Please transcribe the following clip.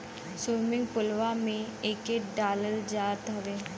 swimming पुलवा में एके डालल जात हउवे